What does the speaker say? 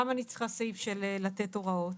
למה אני צריכה סעיף של לתת הוראות?